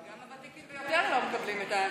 גם הוותיקים ביותר לא מקבלים את השירות,